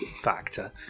factor